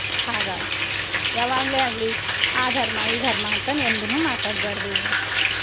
ಆಗ ಯಾವಾಗ್ಲೇ ಆಗಲಿ ಆ ಧರ್ಮ ಈ ಧರ್ಮ ಅಂತ ಎಂದು ಮಾತಾಡಬ್ಯಾಡ್ದು